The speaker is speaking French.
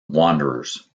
wanderers